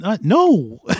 No